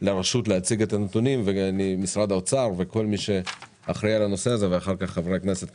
לרשות ולמשרד האוצר להציג את הנתונים ואחר כך נשמע את חברי הכנסת.